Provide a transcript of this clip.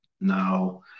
Now